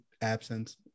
absence